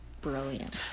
brilliant